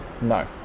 No